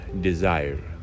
desire